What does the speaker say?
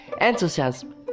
enthusiasm